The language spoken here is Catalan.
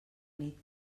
nit